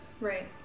Right